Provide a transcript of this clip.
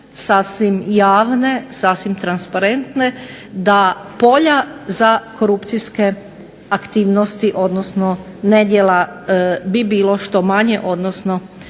sasvim javne, sasvim transparentne, da polja za korupcijske aktivnosti odnosno nedjela bi bilo što manje, odnosno